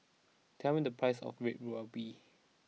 tell me the price of Red Ruby